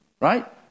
Right